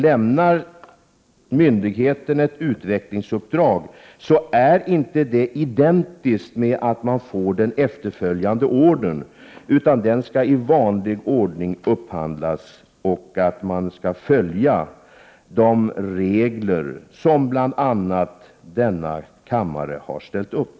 Lämnar myndigheterna ett utvecklingsuppdrag, är det Bede inte identiskt med att man får den efterföljande ordern. Det skall i vanlig ordning blir upphandling, och man skall följa de regler som bl.a. denna kammare har ställt upp.